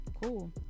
Cool